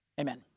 Amen